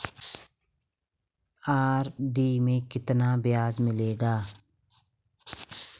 RD में कितना ब्याज मिलेगा?